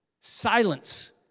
Silence